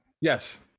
Yes